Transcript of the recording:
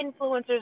influencers